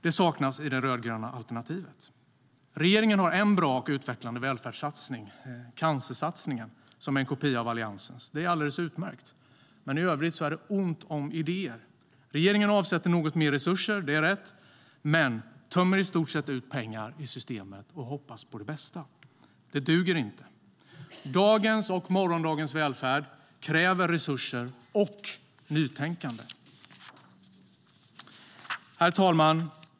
Det saknas i det rödgröna alternativet. Herr talman!